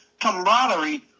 camaraderie